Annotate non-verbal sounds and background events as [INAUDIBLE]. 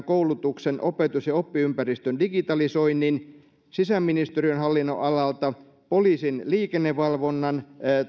[UNINTELLIGIBLE] koulutuksen opetus ja oppimisympäristöjen digitalisoinnin sisäministeriön hallinnonalalta poliisin liikennevalvonnan